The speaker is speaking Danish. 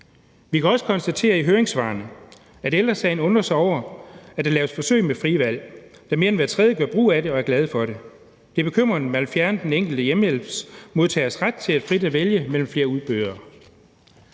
Vi kan også konstatere i høringssvarene, at Ældre Sagen undrer sig over, at der laves forsøg med frit valg, da mere end hver tredje gør brug af det og er glade for det. Det er bekymrende, at man vil fjerne den enkelte hjemmehjælpsmodtagers ret til frit at vælge mellem flere udbydere.